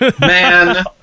Man